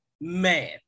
Man